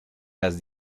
las